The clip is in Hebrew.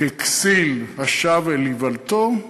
כסיל השב אל איוולתו,